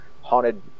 Haunted